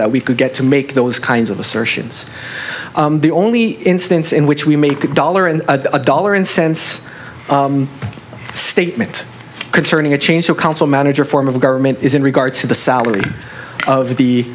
that we could get to make those kinds of assertions the only instance in which we make a dollar and a dollar and cents a statement concerning a change of council manager form of government is in regards to the salary of the